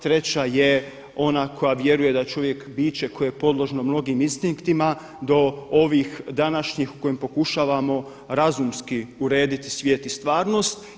Treća je ona koja vjeruje da je čovjek biće koje je podložno mnogim instinktima do ovih današnjih u kojim pokušavamo razumski urediti svijet i stvarnost.